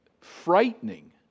frightening